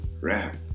rap